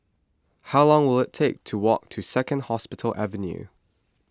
how long will it take to walk to Second Hospital Avenue